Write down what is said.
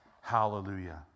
Hallelujah